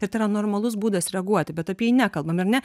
ir tai yra normalus būdas reaguoti bet apie jį nekalbam ar ne